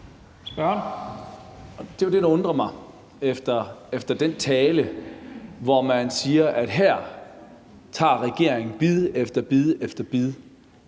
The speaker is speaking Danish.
Det er det, der undrer mig, efter den tale, hvor man siger: Her tager regeringen bid efter bid efter bid,